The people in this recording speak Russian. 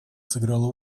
сыграла